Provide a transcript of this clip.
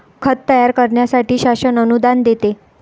खत तयार करण्यासाठी शासन अनुदान देते